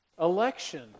Election